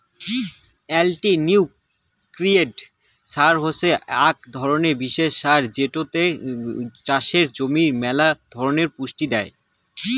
multinutrient সার হসে আক রকমের বিশেষ সার যেটোতে চাষের জমি মেলা ধরণের পুষ্টি দেই